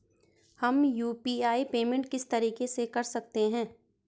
हम UPI payment किस तरीके से कर सकते हैं?